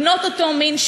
בנות אותו מין,